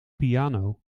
piano